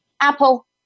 apple